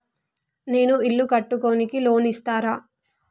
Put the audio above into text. నేను ఇల్లు కట్టుకోనికి లోన్ ఇస్తరా?